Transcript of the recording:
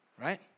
Right